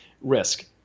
risk